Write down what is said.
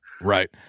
Right